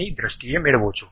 ની દ્રષ્ટિએ મેળવશો